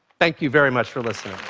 thank you very much for listening.